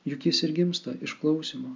juk jis ir gimsta iš klausymo